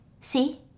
see